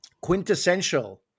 quintessential